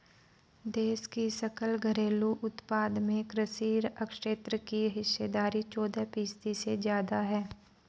देश की सकल घरेलू उत्पाद में कृषि क्षेत्र की हिस्सेदारी चौदह फीसदी से ज्यादा है